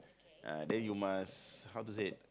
uh then you must how to say